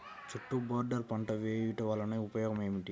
చుట్టూ బోర్డర్ పంట వేయుట వలన ఉపయోగం ఏమిటి?